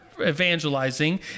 evangelizing